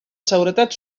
seguretat